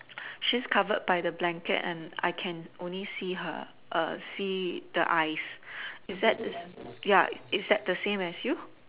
she's covered by the blanket and I can only see her see the eyes is that ya is that the same as you